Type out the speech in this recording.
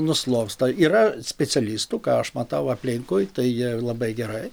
nuslopsta yra specialistų ką aš matau aplinkui tai jie labai gerai